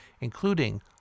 including